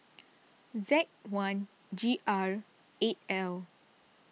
Z one G R eight L